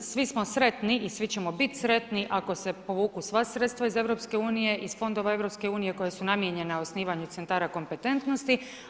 Svi smo sretni i svi ćemo biti sretni ako se povuku sva sredstva iz EU, iz fondova EU koja su namijenjena osnivanju centara kompetentnosti.